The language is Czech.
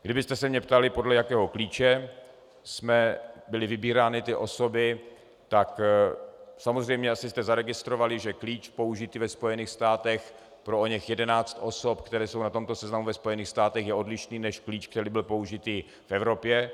Kdybyste se mě ptali, podle jakého klíče byly ty osoby vybírány, tak jste samozřejmě asi zaregistrovali, že klíč použitý ve Spojených státech pro oněch jedenáct osob, které jsou na tomto seznamu ve Spojených státech, je odlišný než klíč, který byl použitý v Evropě.